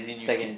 secondary